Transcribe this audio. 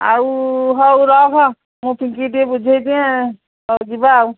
ଆଉ ହଉ ରଖ ମୁଁ ଫିଙ୍କିକି ଟିକେ ବୁଝେଇଦିଏ ହଉ ଯିବା ଆଉ